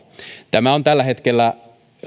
tämä on tällä hetkellä ongelma